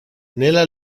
nella